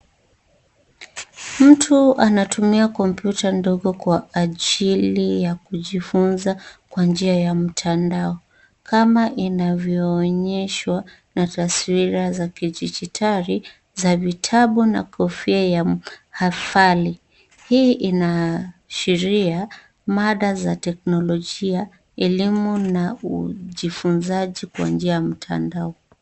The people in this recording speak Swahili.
Mtu anatumia kompyuta ndogo kwa ajili ya kujifunza kwa njia ya mtandao kama inavyoonyeshwa na taswira za kidijitali za vitabu na kofia ya hafali. Hii inaashiria mada za teknolojia, elimu na ujifunzaji kwa njia ya mtandao.